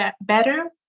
better